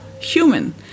human